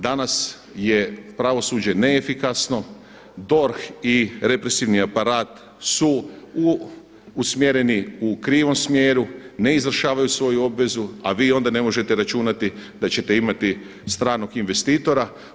Danas je pravosuđe neefikasno, DORH i represivni aparat su usmjereni u krivom smjeru, ne izvršavaju svoju obvezu, a vi onda ne možete računati da ćete imati stranog investitora.